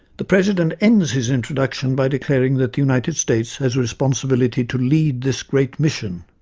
the president ends his introduction by declaring that the united states has responsibility to lead this great mission.